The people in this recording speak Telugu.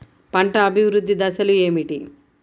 పంట అభివృద్ధి దశలు ఏమిటి?